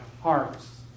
hearts